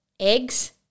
eggs